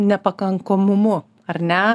nepakankomumu ar ne